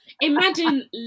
Imagine